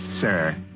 sir